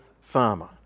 farmer